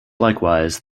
likewise